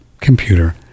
computer